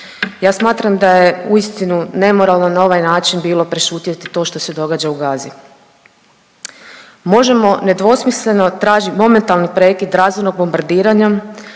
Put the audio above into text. Ja smatram da je uistinu nemoralan na ovaj način bilo prešutjeti to što se događa u Gazi. Možemo nedvosmisleno traži momentalni prekid razornog bombardiranja,